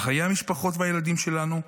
על חיי המשפחות והילדים שלנו,